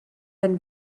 been